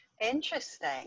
interesting